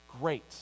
great